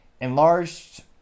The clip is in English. enlarged